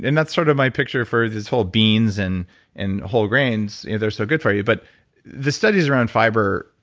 and that's sort of my picture for this whole beans and and whole grains. they're so good for you. but the studies around fiber,